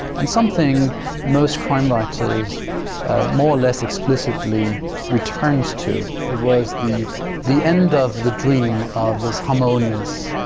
and something most crime writers more or less explicitly return to. it was the the end of the dream of this harmonious,